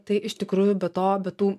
tai iš tikrųjų be to be tų